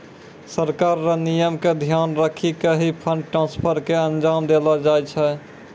सरकार र नियम क ध्यान रखी क ही फंड ट्रांसफर क अंजाम देलो जाय छै